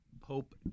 Pope